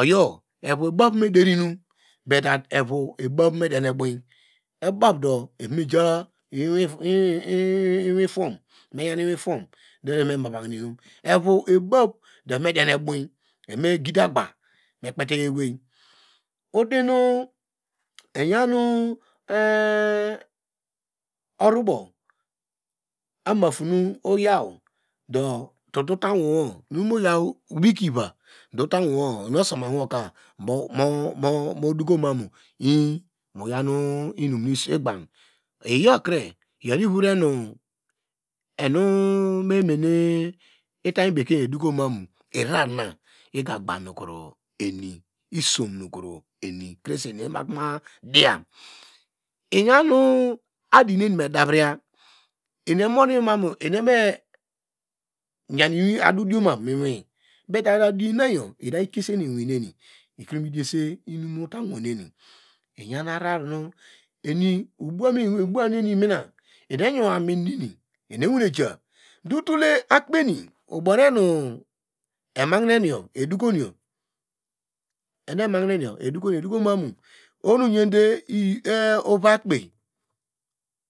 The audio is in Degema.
oyo evo ebave mederienum but that evo ebave media eboyi ebave do eva me ja mu iwin phom nu evame mahine inum evo ebave do eva me dian ebowyi evame gidi aga me kpeteyi ewei odinu iyanu orubo amaphonu oyaw do tunu utany wowo, nu mutul weekly iva do utany wowo osamuwo mokake, iyokre iyonei isom nukro eni krese eni emaku baw diya iyanu adinu enime davriya eni do adinayo idamikiose eni iwiriene ikre mediyesa inum mutany woneni iyan arara nu obowam neni mina eni eyo amin nini eni ewone ja do utul le akpe ini ubow nu enu ema hine edokoyo eno ema hine edokom oho nu oyande ova akpe.